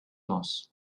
moss